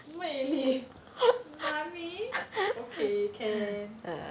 魅力 nani okay can